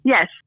Yes